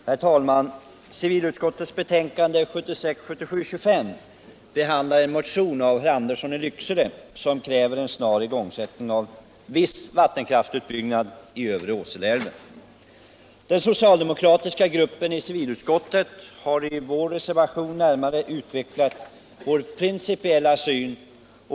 Herr talman! Civilutskottets betänkande 1976/77:25 behandlar en motion av herr Andersson i Lycksele som kräver en snar igångsättning av viss vattenkraftsutbyggnad i övre Åseleälven. Vi inom den socialdemokratiska gruppen i civilutskottet har i vår reservation närmare utvecklat vår principiella syn.